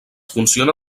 funciona